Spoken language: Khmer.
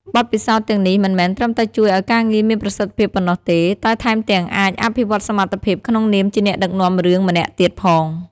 បទពិសោធន៍ទាំងនេះមិនមែនត្រឹមតែជួយឲ្យការងារមានប្រសិទ្ធភាពប៉ុណ្ណោះទេ តែថែមទាំងអាចអភិវឌ្ឍសមត្ថភាពក្នុងនាមជាអ្នកដឹកនាំរឿងម្នាក់ទៀតផង។